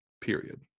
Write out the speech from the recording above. period